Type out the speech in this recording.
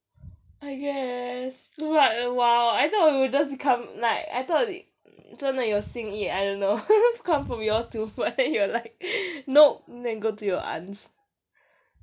I guess no but !wow! I thought it would just come like I thought it 真的有心意 I don't know come from you all two but then you're like nope then go to your aunts